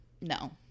no